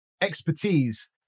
expertise